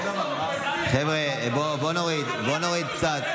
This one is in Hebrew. חבר'ה, בואו נוריד קצת.